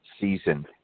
season